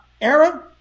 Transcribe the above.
era